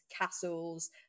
castles